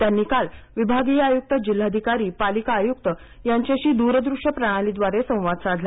त्यांनी काल विभागीय आयुक्त जिल्हाधिकारी पालिका आयुक्त यांच्याशी द्रदूश्य प्रणालीद्वारे संवाद साधला